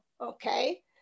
Okay